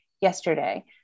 yesterday